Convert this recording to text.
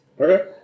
Okay